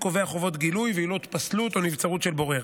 וכן קובע חובות גילוי ועילות פסלות או נבצרות של בורר.